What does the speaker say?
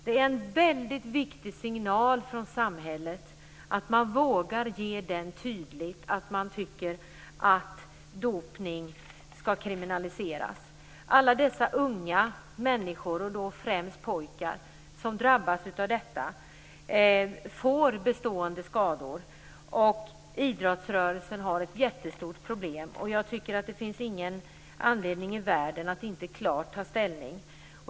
Det är en väldigt viktig signal från samhället att man vågar säga tydligt att dopning skall kriminaliseras. Alla dessa unga människor, främst pojkar, som drabbas av dopningen får bestående skador, och idrottsrörelsen har ett jättestort problem. Det finns ingen anledning i världen att inte klart ta ställning.